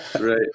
right